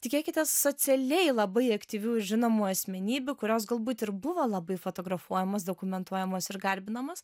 tikėkitės socialiai labai aktyvių ir žinomų asmenybių kurios galbūt ir buvo labai fotografuojamos dokumentuojamos ir garbinamos